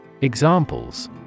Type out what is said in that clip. Examples